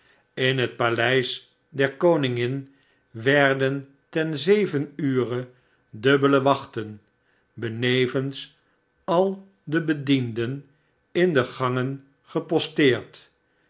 in het paleis der konmgin werden ten zeven ure dubbele wachten benevens al de bedienden in de gangen geposteerd